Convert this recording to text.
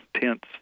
tents